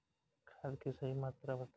खाद के सही मात्रा बताई?